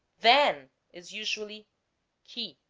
than is usually que,